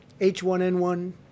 H1N1